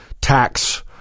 tax